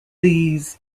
these